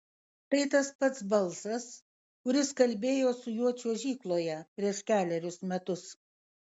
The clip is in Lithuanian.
tai tas pats balsas kuris kalbėjo su juo čiuožykloje prieš kelerius metus